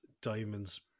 Diamond's